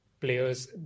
players